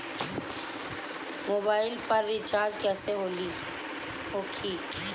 Mobile पर recharge कैसे होखी?